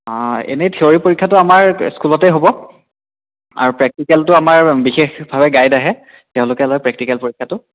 এনেই থিয়ৰী পৰীক্ষাটো আমাৰ স্কুলতে হ'ব আৰু প্ৰেক্টিকেলটো আমাৰ বিশেষভাৱে গাইড আহে তেওঁলোকে লয় প্ৰেক্টিকেল পৰীক্ষাটো